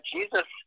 Jesus